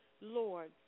Lord